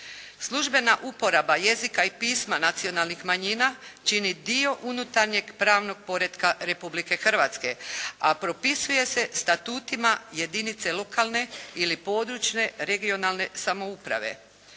Službena uporaba jezika i pisma nacionalnih manjina čini dio unutarnjeg pravnog poretka Republike Hrvatske. A propisuje se statutima jedinice lokalne ili područne regionalne samouprave.